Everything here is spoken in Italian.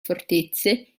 fortezze